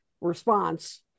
response